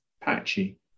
patchy